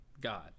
God